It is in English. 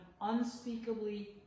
unspeakably